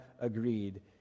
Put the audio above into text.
agreed